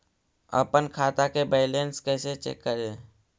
अपन खाता के बैलेंस कैसे चेक करे?